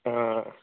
ఆ